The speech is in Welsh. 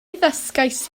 ddysgaist